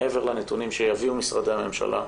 מעבר לנתונים שיביאו משרדי הממשלה,